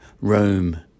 Rome